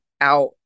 out